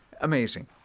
Amazing